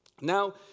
Now